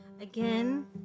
again